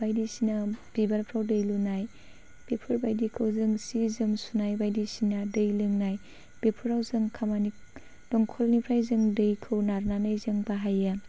बायदिसिना बिबारफोराव दै लुनाय बेफोरबायदिखौ जों सि जोम सुनाय बायदिसिना दै लोंनाय बेफोराव जों दंखलनिफ्राय जों दैखौ नारनानै जों बाहायो